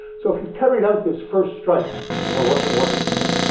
so if you carried out this first strike for a russian warhead to come up,